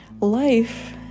Life